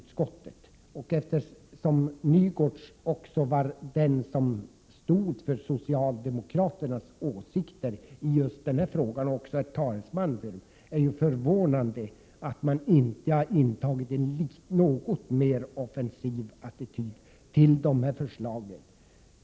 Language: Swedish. Eftersom Sven-Åke Nygårds är socialdemokraternas talesman i denna fråga finner jag det förvånande att utskottsmajoriteten inte har visat en något mer offensiv attityd till dessa förslag.